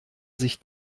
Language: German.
sich